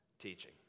teaching